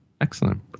excellent